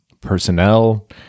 personnel